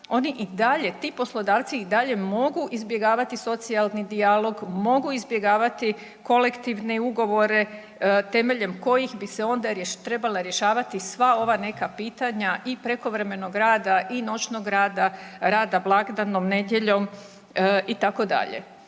oni i dalje, ti poslodavci i dalje mogu izbjegavati socijalni dijalog, mogu izbjegavati kolektivne ugovore temeljem kojih bi se trebala rješavati sva ova neka pitanja i prekovremenog rada i noćnog rada, rada blagdanom, nedjeljom itd.